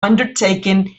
undertaken